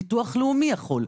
ביטוח לאומי יכול.